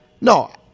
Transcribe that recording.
No